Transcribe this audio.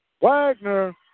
Wagner